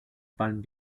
palm